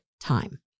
time